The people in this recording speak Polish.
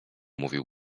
mówił